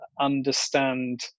understand